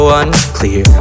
unclear